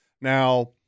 Now